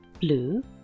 Blue